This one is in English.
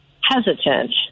hesitant